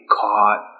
caught